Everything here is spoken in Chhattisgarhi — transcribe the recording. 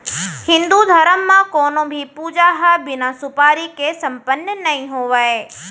हिन्दू धरम म कोनों भी पूजा ह बिना सुपारी के सम्पन्न नइ होवय